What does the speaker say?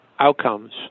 outcomes